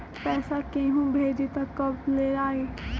पैसा केहु भेजी त कब ले आई?